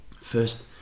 first